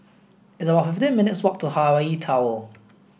it's about fifteen minutes' walk to Hawaii Tower